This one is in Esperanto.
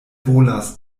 volas